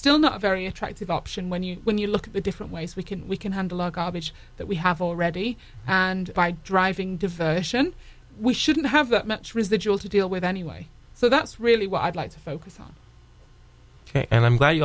still not very attractive option when you when you look at the different ways we can we can handle our garbage that we have already and by driving diversion we shouldn't have that much residual to deal with anyway so that's really what i'd like to focus on ok and i'm glad you